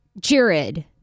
Jared